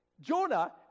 Jonah